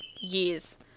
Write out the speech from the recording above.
years